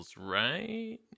right